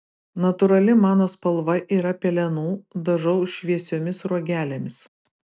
natūrali mano spalva yra pelenų dažau šviesiomis sruogelėmis